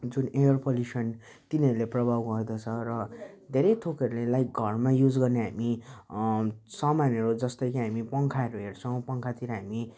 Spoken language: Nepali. जुन एयर पोल्युसन तिनीहरूले प्रभाव गर्दछ र धेरै थोकहरूले लाइक घरमा युज गर्ने हामी समानहरू जस्तै कि हामी पङ्खाहरू हेर्छौँ पङ्खातिर हामी